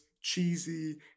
cheesy